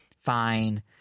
fine